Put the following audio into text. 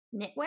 knitwear